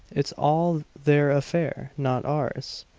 it's all their affair, not ours!